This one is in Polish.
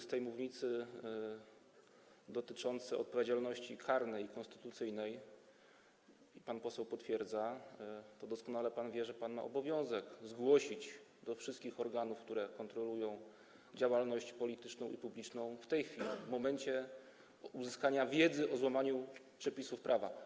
z tej mównicy, dotyczących odpowiedzialności karnej i konstytucyjnej - pan poseł potwierdza - to doskonale pan wie, że ma pan obowiązek zgłosić to do wszystkich organów, które kontrolują działalność polityczną i publiczną, w tej chwili, w momencie uzyskania wiedzy o złamaniu przepisów prawa.